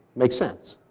makes sense,